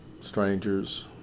strangers